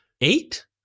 eight